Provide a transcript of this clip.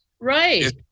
Right